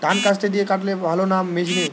ধান কাস্তে দিয়ে কাটলে ভালো না মেশিনে?